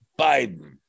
Biden